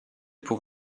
pour